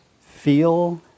feel